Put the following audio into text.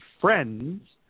friends